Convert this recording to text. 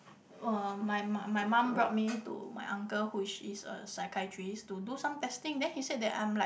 uh my my mum brought me to my uncle who he's a psychiatrist to do some testing then he said that I'm like